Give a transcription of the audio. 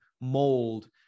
mold